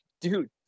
dude